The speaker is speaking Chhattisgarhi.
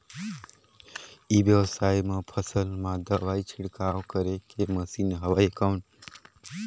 ई व्यवसाय म फसल मा दवाई छिड़काव करे के मशीन हवय कौन?